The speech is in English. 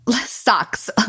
Socks